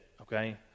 okay